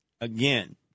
again